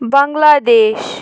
Bangladesh